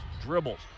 dribbles